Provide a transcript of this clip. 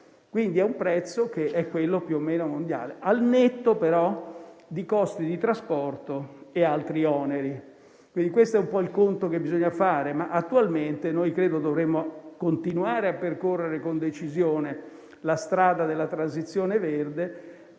quindi a un prezzo che è più o meno quello mondiale, al netto però dei costi di trasporto e di altri oneri. Questo è un po' il conto che bisogna fare. Credo che attualmente dovremo continuare a percorrere con decisione la strada della transizione verde,